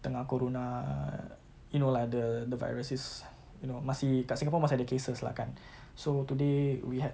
tengah corona~ you know like the the virus is you know masih dekat singapore masih ada cases lah kan so today we had